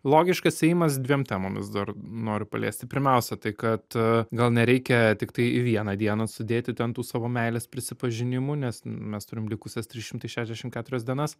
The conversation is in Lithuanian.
logiškas ėjimas dviem temomis dar noriu paliesti pirmiausia tai kad gal nereikia tiktai į vieną dieną sudėti ten tų savo meilės prisipažinimų nes mes turim likusias trys šimtai šešiasdešim keturias dienas